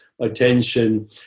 attention